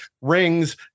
rings